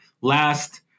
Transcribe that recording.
last